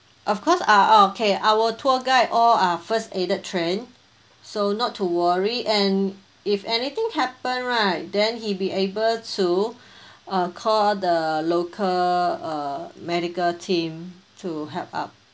of course ah oh okay our tour guide all are first aided trained so not to worry and if anything happen right then he be able to uh call the local uh medical team to help out